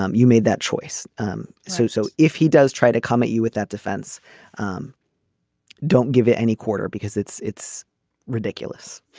um you made that choice. um so so if he does try to come at you with that defense um don't give it any quarter because it's it's ridiculous